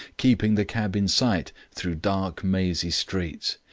keeping the cab in sight, through dark mazy streets.